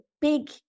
big